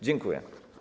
Dziękuję.